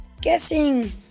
guessing